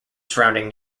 surrounding